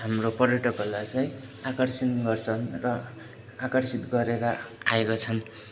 हाम्रो पर्यटकहरूलाई चाहिँ आकर्षण गर्छन् र आकर्षित गरेर आएको छन्